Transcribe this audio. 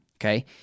okay